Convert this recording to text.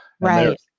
Right